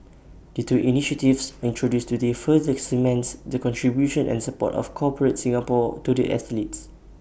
the two initiatives introduced today further cements the contribution and support of corporate Singapore to the athletes